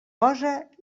posa